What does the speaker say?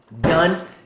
Done